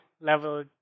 level